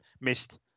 missed